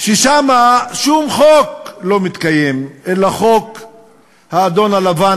ששם שום חוק לא מתקיים אלא חוק האדון הלבן,